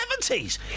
seventies